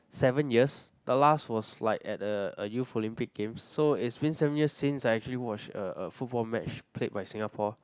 seven years the last was like at a a Youth Olympic Games so it's been seven years since I actually watched a a football match played by Singapore